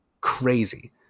crazy